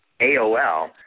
AOL